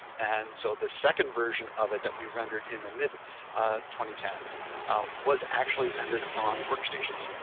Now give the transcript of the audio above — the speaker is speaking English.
and so the second version of it that we rendered in the mid twenty ten s was actually rendered on workstations.